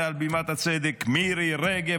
מעל בימת הצדק: מירי רגב,